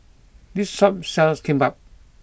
this shop sells Kimbap